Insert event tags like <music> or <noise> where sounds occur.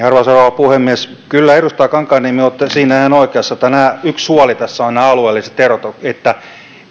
<unintelligible> arvoisa rouva puhemies kyllä edustaja kankaanniemi olette siinä ihan oikeassa että yksi huoli tässä ovat nämä alueelliset erot että